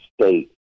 state